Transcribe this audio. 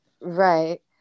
right